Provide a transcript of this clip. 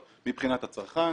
מבחינת הצרכן,